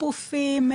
פופים,